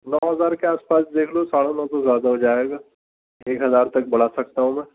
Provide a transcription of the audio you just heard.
نو ہزار کے آس پاس دیکھ لو ساڑھے نو تو زیادہ ہو جائے گا ایک ہزار تک بڑھا سکتا ہوں میں